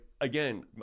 again